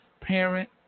parent